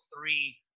three